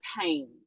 pain